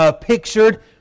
pictured